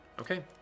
Okay